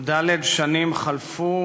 י"ד שנים חלפו